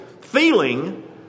feeling